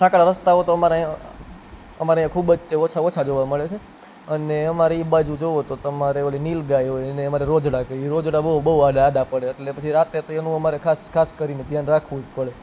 સાંકડા રસ્તાઓ તો અમારે અહીં અમારે અહીં ખૂબ જ ઓછા ઓછા જોવા મળે છે અને અમારી બાજુ જુવો તો નીલગાયો હોય અને રોઝળા બહુ બહુ આડા આડા પડે એટલે રાત્રે તેનું અમારે ખાસ ખાસ કરીને ધ્યાન રાખવું જ પડે